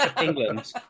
England